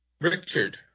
Richard